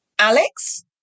alex